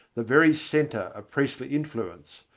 the very centre of priestly influence,